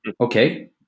okay